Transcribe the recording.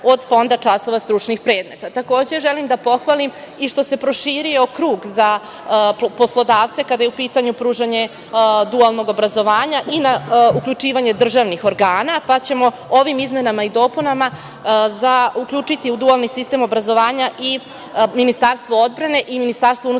od fonda časova stručnih predmeta. Takođe, želim da pohvalim i što se proširio krug za poslodavce, kada je u pitanju pružanje dualnog obrazovanja i uključivanje državnih organa, pa ćemo ovim izmenama i dopunama uključiti u dualni sistem obrazovanja i Ministarstvo odbrane i Ministarstvo unutrašnjih